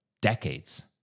decades